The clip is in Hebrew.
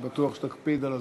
אני בטוח שתקפיד על הזמן.